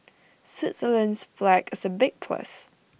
Switzerland's flag is A big plus